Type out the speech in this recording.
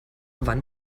wann